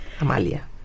Amalia